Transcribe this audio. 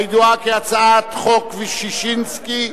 הידועה כהצעת חוק ששינסקי,